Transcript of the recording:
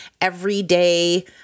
everyday